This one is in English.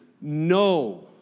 no